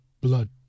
blood